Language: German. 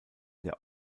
der